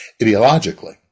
ideologically